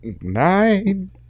nine